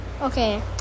Okay